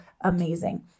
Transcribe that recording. amazing